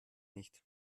nicht